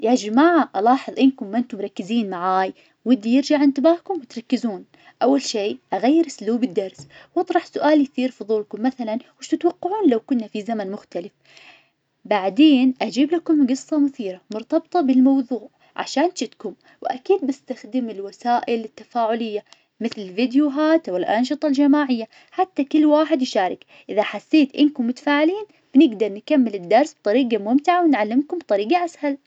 يا جماعة ألاحظ إنكم ما إنتم مركزين معاي، ودي يرجع إنتباهكم وتركزون، أول شي أغير أسلوب الدرس، وأطرح سؤال يثير فظولكم مثلا وايش تتوقعون لو كنا في زمن مختلف? بعدين أجيب لكم قصة مثيرة مرتبطة بالموظوع عشان شدكم، وأكيد بستخدم الوسائل التفاعلية مثل الفيديوهات والأنشطة الجماعية حتى كل واحد يشارك. إذا حسيت إنكم متفاعلين بنقدر نكمل الدرس بطريقة ممتعة ونعلمكم بطريقة أسهل.